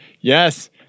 yes